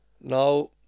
Now